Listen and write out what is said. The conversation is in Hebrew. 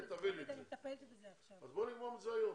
נגמור את זה היום.